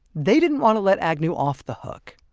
they didn't want to let agnew off the hook.